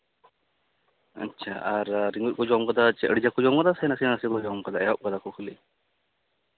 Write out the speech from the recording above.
ᱟᱪᱪᱷᱟ ᱟᱨ ᱨᱤᱸᱜᱩᱫ ᱠᱚ ᱡᱚᱢ ᱠᱟᱫᱟ ᱟᱹᱰᱤ ᱡᱟᱠ ᱠᱚ ᱡᱚᱢ ᱠᱟᱫᱟ ᱥᱮ ᱱᱟᱥᱮ ᱱᱟᱥᱮ ᱠᱚ ᱡᱚᱢ ᱠᱟᱫᱟ ᱥᱮ ᱮᱦᱚᱵ ᱠᱟᱫᱟ ᱠᱚ ᱠᱷᱟᱹᱞᱤ